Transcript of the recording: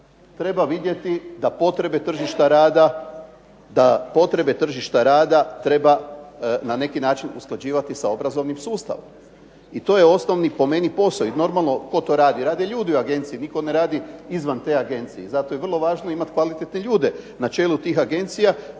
treba vidjeti da potrebe tržišta rada treba na neki način usklađivati sa obrazovnim sustavom. I to je osnovni po meni posao. I normalno tko to radi? Rade ljudi u agenciji, nitko ne radi izvan te agencije. Zato je vrlo važno imati kvalitetne ljude na čelu tih agencija